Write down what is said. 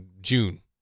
June